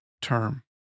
term